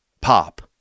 pop